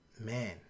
Man